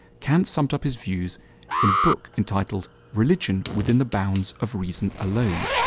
kant summed up his views in a book entitled religion within the bounds of reason alone.